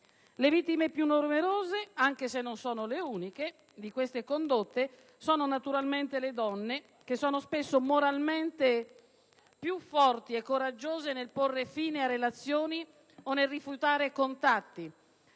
Le vittime più numerose di queste condotte, anche se non sono le uniche, sono naturalmente le donne, che sono spesso moralmente più forti e coraggiose nel porre fine a relazioni o nel rifiutare contatti,